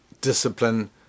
discipline